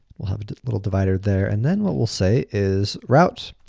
we'll have a little divider there, and then what we'll say is route.